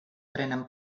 prenen